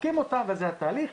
בודקים אותם וזה תהליך.